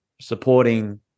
supporting